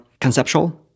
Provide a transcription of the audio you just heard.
conceptual